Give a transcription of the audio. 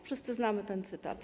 Wszyscy znamy ten cytat.